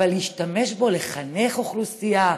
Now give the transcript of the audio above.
אבל להשתמש בו כדי לחנך אוכלוסייה?